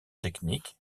techniques